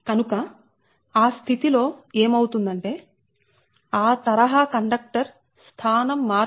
కనుక ఆ స్థితిలో ఏమవుతుందంటే ఆ తరహా కండక్టర్ స్థానం మార్పిడి ని ట్రాన్స్పోసిషన్ అంటారు